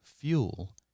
fuel